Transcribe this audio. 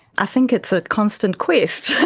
i think it's a constant quest,